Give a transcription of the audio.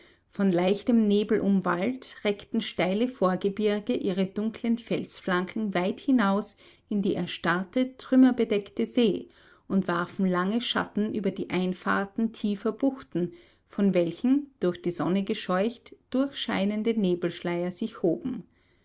von leichtem nebel umwallt reckten steile vorgebirge ihre dunkeln felsflanken weit hinaus in die erstarrte trümmerbedeckte see und warfen lange schatten über die einfahrten tiefer buchten von welchen durch die sonne gescheucht durchscheinende nebelschleier sich hoben